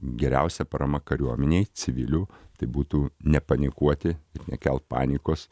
geriausia parama kariuomenei civilių tai būtų nepanikuoti nekelt panikos